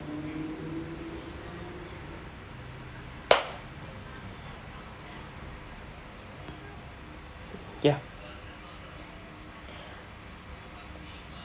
ya